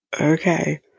okay